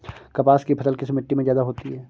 कपास की फसल किस मिट्टी में ज्यादा होता है?